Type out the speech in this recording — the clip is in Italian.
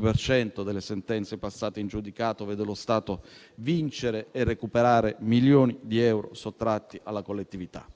per cento delle sentenze passate in giudicato vede lo Stato vincere e recuperare milioni di euro sottratti alla collettività.